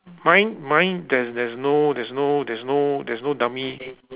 mine mine there's there's no there's no there's no there's no dummy